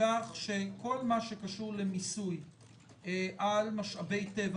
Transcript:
כך שכל מה שקשור למיסוי על משאבי טבע